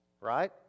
right